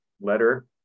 letter